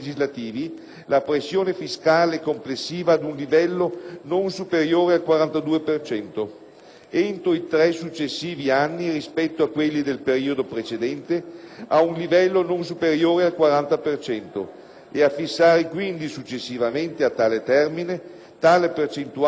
entro i tre successivi anni rispetto a quelli del periodo precedente a un livello non superiore al 40 per cento; e a fissare quindi, successivamente a tale termine, tale percentuale a un livello non superiore a quello della media degli Stati membri dell'Unione europea del precedente anno,